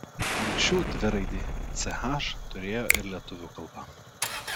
anksčiau dviraidį ch turėjo ir lietuvių kalba